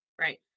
Right